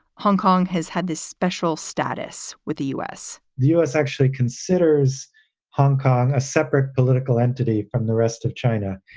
hong kong has had this special status with the u s. the u s. actually considers hong kong a separate political entity from the rest of china.